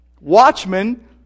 Watchmen